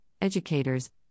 educators